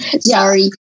Sorry